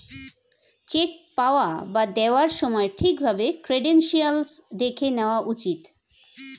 check পাওয়া বা দেওয়ার সময় ঠিক ভাবে ক্রেডেনশিয়াল্স দেখে নেওয়া উচিত